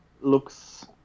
looks